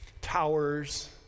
towers